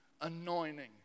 anointing